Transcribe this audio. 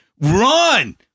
run